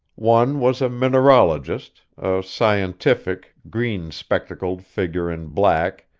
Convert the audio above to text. one was a mineralogist, a scientific, green-spectacled figure in black,